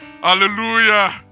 Hallelujah